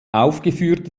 aufgeführt